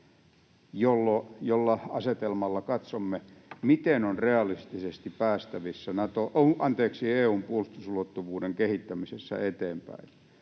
tällä asetelmalla katsoa, miten on realistisesti päästävissä EU:n puolustusulottuvuuden kehittämisessä eteenpäin.